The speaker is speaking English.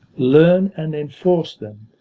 learn and enforce them,